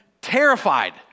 terrified